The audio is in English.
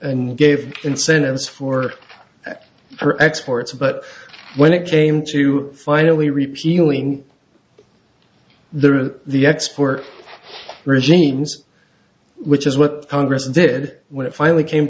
and gave incentives for our exports but when it came to finally repealing the the export regimes which is what congress did when it finally came